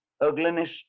ugliness